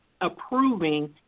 approving